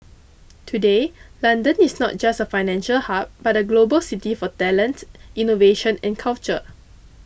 today London is not just a financial hub but a global city for talent innovation and culture